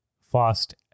Fast